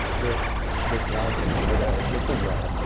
this this brown thing over there. it makes a wall.